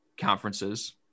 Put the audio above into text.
conferences